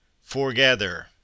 Forgather